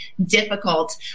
difficult